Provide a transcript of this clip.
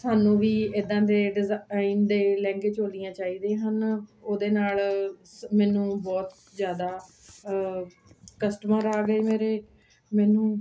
ਸਾਨੂੰ ਵੀ ਇੱਦਾਂ ਦੇ ਡਿਜ਼ਾਈਨ ਦੇ ਲਹਿੰਗੇ ਚੋਲੀਆਂ ਚਾਹੀਦੀਆਂ ਹਨ ਉਹਦੇ ਨਾਲ ਮੈਨੂੰ ਬਹੁਤ ਜ਼ਿਆਦਾ ਕਸਟਮਰ ਆ ਗਏ ਮੇਰੇ ਮੈਨੂੰ